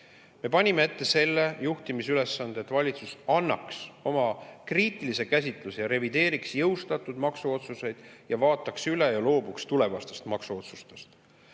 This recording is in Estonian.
Me panime ette selle juhtimisülesande, et valitsus annaks oma kriitilise käsitluse, revideeriks jõustatud maksuotsuseid, vaataks need üle ja loobuks tulevastest maksuotsustest.